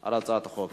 על הצעת החוק.